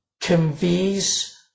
conveys